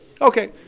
Okay